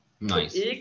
Nice